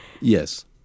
Yes